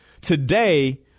today